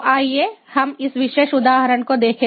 तो आइए हम इस विशेष उदाहरण को देखें